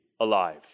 alive